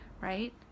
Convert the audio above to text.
right